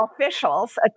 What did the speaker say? officials